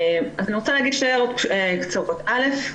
אז אני רוצה להגיד שתי הערות קצרות: א',